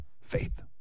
Faith